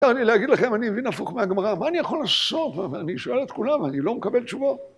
אני להגיד לכם, אני מבין הפוך מהגמרא, מה אני יכול לעשות, ואני שואל את כולם, ואני לא מקבל תשובות?